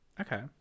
Okay